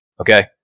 okay